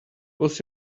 was